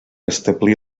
establir